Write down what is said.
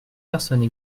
personnes